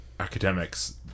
academics